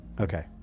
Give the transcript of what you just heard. Okay